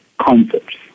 concepts